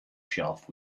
shelf